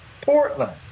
Portland